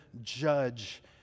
judge